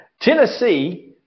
Tennessee